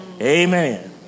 amen